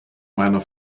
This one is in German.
meiner